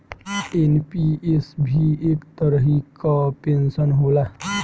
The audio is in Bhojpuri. एन.पी.एस भी एक तरही कअ पेंशन होला